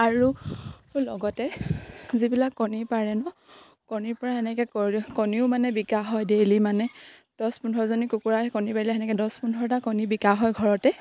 আৰু লগতে যিবিলাক কণী পাৰে ন কণীৰ পৰা এনেকে কণীও মানে বিকা হয় ডেইলি মানে দছ পোন্ধৰজনী কুকুৰা আহে কণী পাৰিলে সেনেকে দছ পোন্ধৰটা কণী বিকা হয় ঘৰতে